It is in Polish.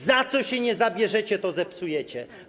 Za co się nie zabierzecie, to zepsujecie.